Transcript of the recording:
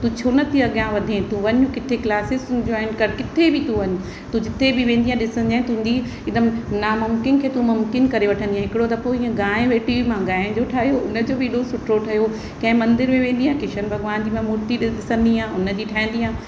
तू छो न थी अॻियां वधे तू वञ किथे क्लासिसूं जॉइन कर किथे बि तू वञ तू जिथे बि वेंदीअ ॾिसंजए तुंहिंजी हिकदमि नामुमकिन खे तू मुमकिन करे वठंदीअ हिकिड़ो दफ़ो ईंअ हिकिड़ी गांई वेठी हुई मां गांई जो ठाहियो उनजो बि एॾो सुठो ठहियो कंहिं मंदिर में वेंदी आहे किशन भगवान जी मां मूर्ती ॾि ॾिसंदी आहे उनजी ठाहींदी आहे